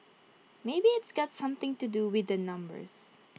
maybe it's got something to do with numbers